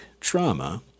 trauma